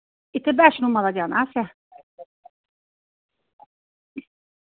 इत्थै बैशनो माता जाना असें